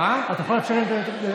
אתה יכול לאפשר לי לנהל את המליאה?